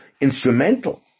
instrumental